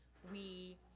we